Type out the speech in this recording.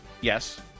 Yes